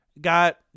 Got